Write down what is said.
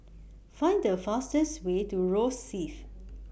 Find The fastest Way to Rosyth